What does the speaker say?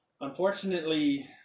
Unfortunately